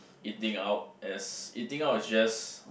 eating out as eating out is just